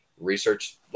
research